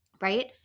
right